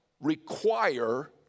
require